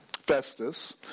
Festus